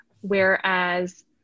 Whereas